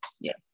Yes